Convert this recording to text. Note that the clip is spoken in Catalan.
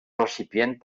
recipient